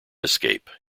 escape